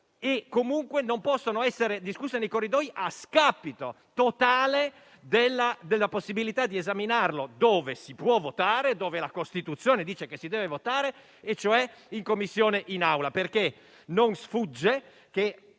italiani e non possono essere discussi nei corridoi, a scapito totale della possibilità di esaminarli dove si può votare, dove la Costituzione stabilisce che si debba votare e cioè in Commissione e in Aula. Non sfugge